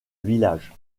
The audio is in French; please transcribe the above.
village